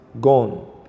gone